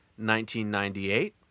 1998